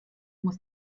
muss